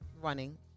running